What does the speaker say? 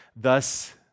thus